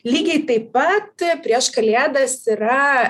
lygiai taip pat prieš kalėdas yra